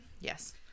Yes